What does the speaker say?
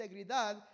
integridad